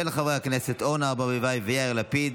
של חברי הכנסת אורנה ברביבאי ויאיר לפיד,